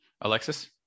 Alexis